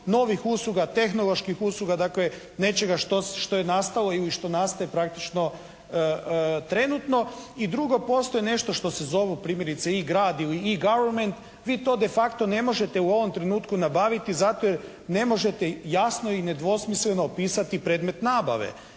novih usluga, tehnoloških usluga dakle, nečega što je nastalo ili što nastaje praktično trenutno. I drugo, postoji nešto što se zovu primjerice i grad ili …/Govornik se ne razumije./… Vi to de facto ne možete u ovom trenutku nabaviti zato jer ne možete jasno i nedvosmisleno opisati predmet nabave,